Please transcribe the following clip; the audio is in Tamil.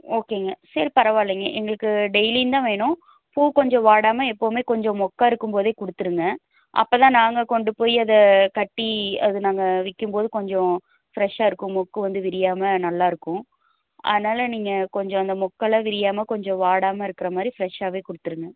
ஓகேங்க சரி பரவாயில்லைங்க எங்களுக்கு டெய்லியும்தான் வேணும் பூ கொஞ்சம் வாடாமல் எப்போவுமே கொஞ்சம் மொக்காக இருக்கும் போதே கொடுத்துருங்க அப்போ தான் நாங்கள் கொண்டு போய் அதை கட்டி அதை நாங்கள் விற்கும் போது கொஞ்சம் ஃப்ரெஷ்ஷாக இருக்கும் மொக்கு வந்து விரியாமல் நல்லாயிருக்கும் அதனால் நீங்கள் கொஞ்சம் அந்த மொக்குலாம் விரியாமல் கொஞ்சம் வாடாமல் இருக்குறமாதிரி ஃப்ரெஷ்ஷாகவே கொடுத்துருங்க